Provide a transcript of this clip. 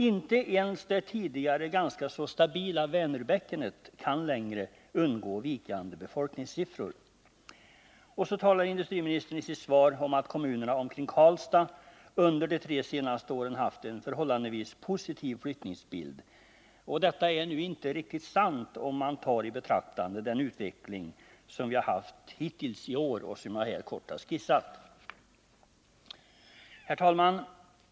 Inte ens det tidigare ganska stabila Vänerbäckenet kan längre undgå vikande befolkningssiffror. Och så talar industriministern i sitt svar om att kommunerna omkring Karlstad under de tre senaste åren haft en förhållandevis positiv flyttnings bild. Detta är inte sant, om man tar i betraktande den utveckling vi haft hittills i år och som jag här kort har skisserat. Herr talman!